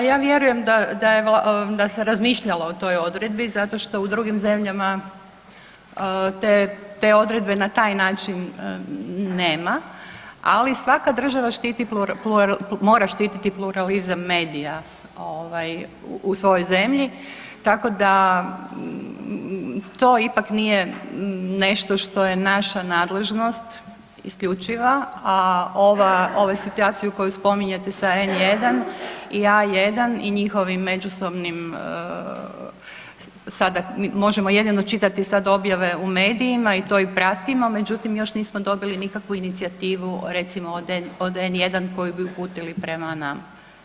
Pa ja vjerujem da se razmišljalo o toj odredbi zato što u drugim zemljama te odredbe na taj način nema ali svaka država štiti, mora štititi pluralizam medija u svojoj zemlji, tako da to ipak nije nešto što je naša nadležnost isključiva a ove situacije koje spominjete sa N1 i A1 i njihovim međusobnim sada možemo jedino čitati sad objave u medijima, i to i pratimo, međutim još nismo dobili nikakvu inicijativu, recimo od N1 koju bi uputili prema nama.